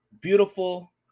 beautiful